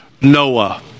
Noah